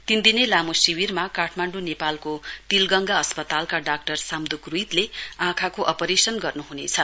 तीन दिने लामो शिविरमा काठमाण्डु नेपालको तिलगंगा अस्पतालका डाक्टर सामदुक रुइतले आँखाका अपरेशन गर्नुहुनेछ